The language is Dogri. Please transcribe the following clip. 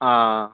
हां